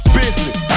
business